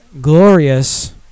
glorious